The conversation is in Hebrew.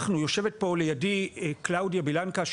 יושבת פה לידי קלאודיה בילנקה,